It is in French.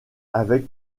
avec